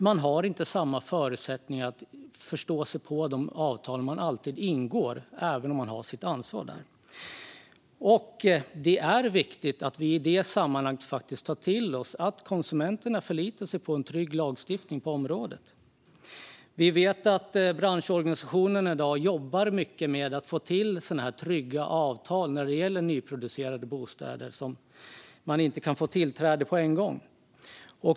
Man har inte samma förutsättningar att förstå sig på de avtal man ingår även om man har sitt ansvar för det. Det är viktigt att vi i detta sammanhang tar till oss att konsumenterna förlitar sig på en trygg lagstiftning på området. Vi vet att branschorganisationen i dag jobbar mycket med att få till trygga avtal när det gäller nyproducerade bostäder som man inte kan få tillträde till på en gång.